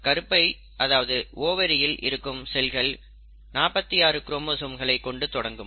கருப்பை அதாவது ஓவரியில் இருக்கும் செல்கள் 46 குரோமோசோம்களை கொண்டு தொடங்கும்